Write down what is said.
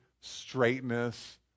straightness